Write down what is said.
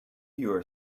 your